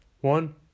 One